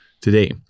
today